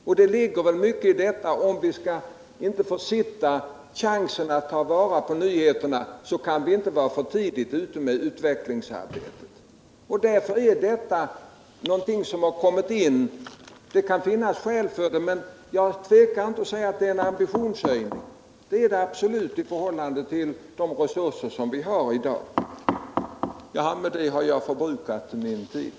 Om vi inte skall försitta chansen att ta vara på nyheter, får vi inte vara för tidigt ute med utvecklingsarbetet. Det som har kommit in i bilden är— jag tvekar inte att säga det — en ambitionshöjning i förhållande till de resurser vi har i dag. Försvarspolitiken,